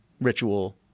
ritual